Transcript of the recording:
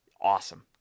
Awesome